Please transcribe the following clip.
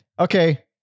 okay